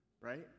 right